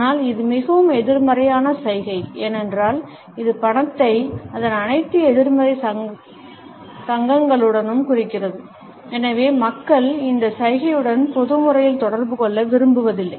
ஆனால் இது மிகவும் எதிர்மறையான சைகை ஏனென்றால் இது பணத்தை அதன் அனைத்து எதிர்மறை சங்கங்களுடனும் குறிக்கிறது எனவே மக்கள் இந்த சைகையுடன் பொது முறையில் தொடர்பு கொள்ள விரும்புவதில்லை